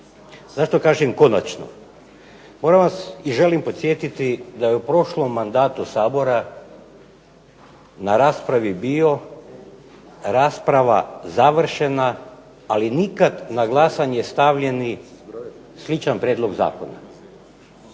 Zašto kažem konačno? Prvo vas želim podsjetiti da je u prošlom mandatu Sabora na raspravi bilo rasprava završena, ali nikada na glasanje stavljeni sličan prijedlog zakona.